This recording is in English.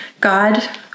God